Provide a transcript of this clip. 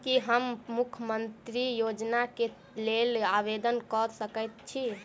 की हम मुख्यमंत्री योजना केँ लेल आवेदन कऽ सकैत छी?